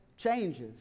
changes